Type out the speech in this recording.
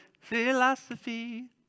Philosophy